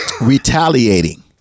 retaliating